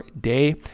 day